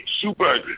super